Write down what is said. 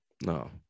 No